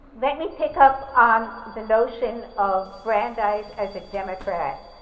let me pick up on the notion of brandeis as a democrat.